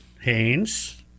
Haynes